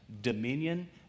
dominion